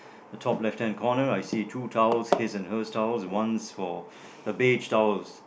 the top left hand corner I see two towels his and her towels and once for the beach towels